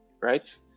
right